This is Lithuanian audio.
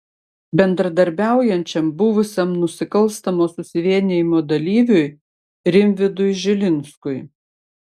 bendradarbiaujančiam buvusiam nusikalstamo susivienijimo dalyviui rimvydui žilinskui